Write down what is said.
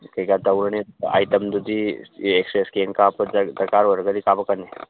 ꯀꯩꯀꯥ ꯇꯧꯔꯅꯤ ꯑꯥꯏꯇꯦꯝꯗꯨꯗꯨꯤ ꯑꯦꯛꯁ ꯔꯦ ꯏꯁꯀꯦꯟ ꯀꯥꯞꯄꯗ ꯗꯔꯀꯥꯔ ꯑꯣꯏꯔꯒꯗꯤ ꯀꯥꯞꯄꯛꯀꯅꯤ